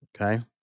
Okay